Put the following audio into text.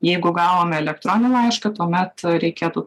jeigu gavom elektroninį laišką tuomet reikėtų